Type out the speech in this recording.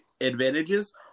advantages